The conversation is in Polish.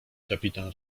kapitan